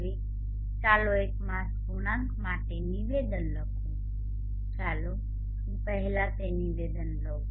હવે ચાલો air mass ગુણાંક માટે નિવેદન લખું ચાલો હું પહેલા તે નિવેદન લઉં